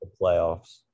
playoffs